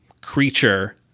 creature